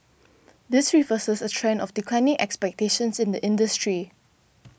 this reverses a trend of declining expectations in the industry